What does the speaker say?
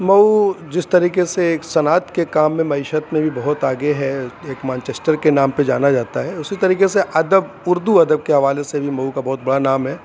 مئو جس طریقے سے ایک صنعت کے کام میں معیشت میں بھی بہت آگے ہے ایک مانچیسٹر کے نام پہ جانا جاتا ہے اُسی طریقے سے ادب اُردو ادب کے حوالے سے بھی مئو کا بہت بڑا نام ہے